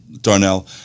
Darnell